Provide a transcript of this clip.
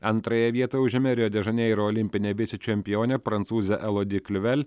antrąją vietą užėmė rio de žaneiro olimpinė vicečempionė prancūzė elodė kliuvel